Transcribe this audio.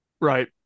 Right